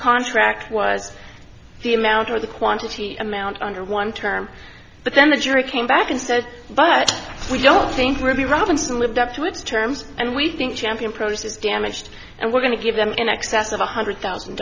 contract was the amount or the quantity amount under one term but then the jury came back and said but we don't think really robinson lived up to its terms and we think champion prose is damaged and we're going to give them in excess of one hundred thousand